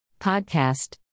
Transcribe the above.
Podcast